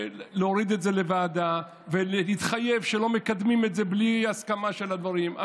להוריד את זה לוועדה ולהתחייב שלא מקדמים את זה בלי הסכמה בדברים.